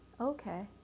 Okay